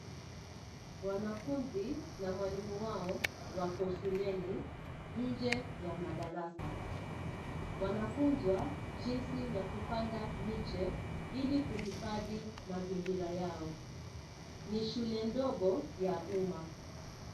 Wanafunzi na mwalimu wao wako shuleni, nje ya madarasa. Wanafunzwa jinsi ya kupanda miche ili kuhifadhi mazingira yao. Ni shule ndogo ya umma.